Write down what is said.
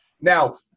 now